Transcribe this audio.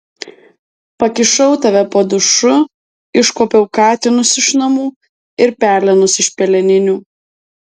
pakišau tave po dušu iškuopiau katinus iš namų ir pelenus iš peleninių